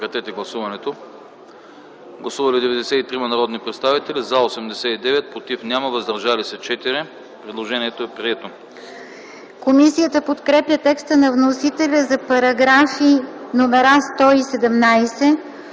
Комисията подкрепя текста на вносителя за параграфи 129, 130,